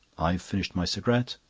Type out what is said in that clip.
i've finished my cigarette.